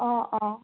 অ অ